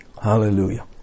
Hallelujah